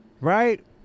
Right